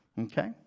Okay